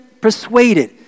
persuaded